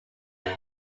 were